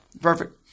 Perfect